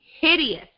Hideous